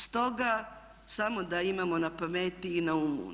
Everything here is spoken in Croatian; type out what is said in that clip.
Stoga, samo da imamo na pameti i na umu.